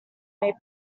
made